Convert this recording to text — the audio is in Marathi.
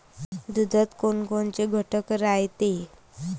दुधात कोनकोनचे घटक रायते?